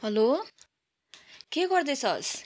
hello के गर्दैछस्